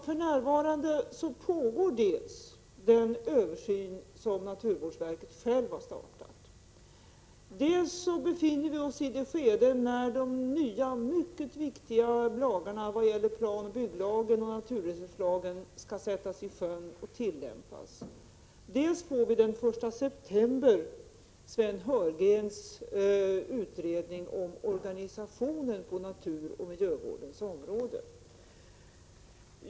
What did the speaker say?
För närvarande pågår dels den översyn som naturvårdsverket självt har startat, dels befinner vi oss i det skede när de nya, mycket viktiga lagarna planoch bygglagen och naturresurslagen skall sättas i sjön och börja tillämpas, dels får vi den 1 september Sven Heurgrens utredning om organisationen på naturoch miljövårdens område.